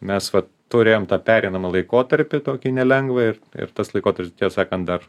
mes vat turėjom tą pereinamą laikotarpį tokį nelengvą ir ir tas laikotarpis tiesą sakant dar